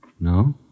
No